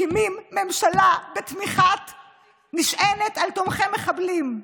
מקימים ממשלה שנשענת על תומכי מחבלים.